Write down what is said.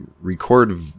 record